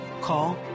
call